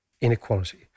inequality